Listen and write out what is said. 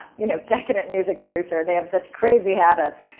you know decadent music producer. they have such crazy habits.